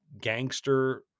gangster